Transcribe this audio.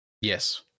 Yes